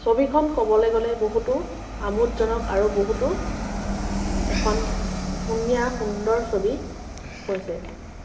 ছবিখন ক'বলৈ গ'লে বহুতো আমোদজনক আৰু বহুতো এখন ধুনীয়া সুন্দৰ ছবি হৈছে